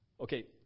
okay